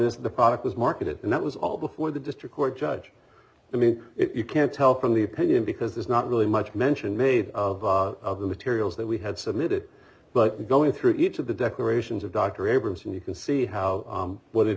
was marketed and that was all before the district court judge i mean you can't tell from the opinion because there's not really much mention made of the materials that we had submitted but going through each of the declarations of dr abramson you can see how what it